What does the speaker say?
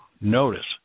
Notice